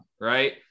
right